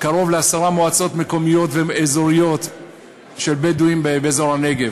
קרוב לעשר מועצות מקומיות ואזוריות של בדואים באזור הנגב.